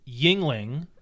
yingling